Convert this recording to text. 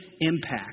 impact